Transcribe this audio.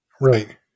Right